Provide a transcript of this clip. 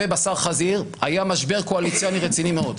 בשר חזיר היה משבר קואליציוני רציני מאוד.